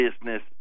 business